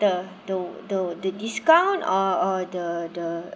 the the the discount or or the the